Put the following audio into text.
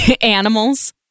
animals